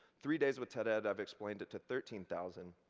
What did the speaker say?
three days with ted-ed, i've explained it to thirteen thousand!